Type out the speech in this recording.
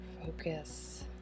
focus